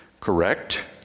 correct